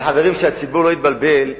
אבל, חברים, שהציבור לא יתבלבל.